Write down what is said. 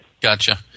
Gotcha